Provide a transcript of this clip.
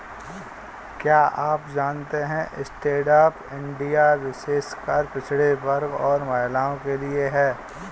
क्या आप जानते है स्टैंडअप इंडिया विशेषकर पिछड़े वर्ग और महिलाओं के लिए है?